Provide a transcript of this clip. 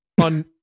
on